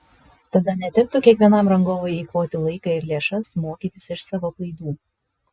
tada netektų kiekvienam rangovui eikvoti laiką ir lėšas mokytis iš savo klaidų